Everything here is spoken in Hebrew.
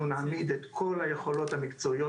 אנחנו נעמיד את כל היכולות המקצועיות